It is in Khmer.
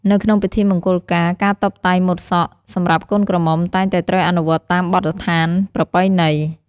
នៅក្នុងពិធីមង្គលការកាតុបតែងម៉ូតសក់សម្រាប់កូនក្រមុំតែងតែត្រូវអនុវត្តតាមបទដ្ឋានប្រពៃណី។